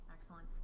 excellent